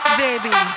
baby